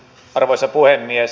arvoisa puhemies